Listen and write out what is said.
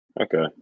Okay